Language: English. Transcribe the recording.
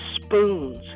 spoons